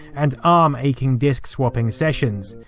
and arm aching disk swapping sessions,